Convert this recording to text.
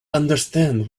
understand